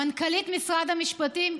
מנכ"לית משרד המשפטים,